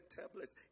tablets